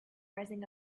rising